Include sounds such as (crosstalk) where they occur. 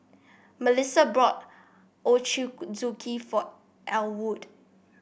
Mellissa brought (unintelligible) for Elwood